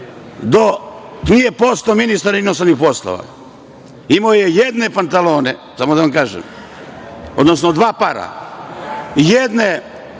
nije postao ministar inostranih poslova imao je jedne pantalone, samo da vam kažem, odnosno dva para – jedne